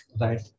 right